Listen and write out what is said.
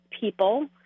people